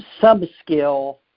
sub-skill